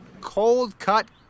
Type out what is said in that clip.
cold-cut